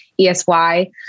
ESY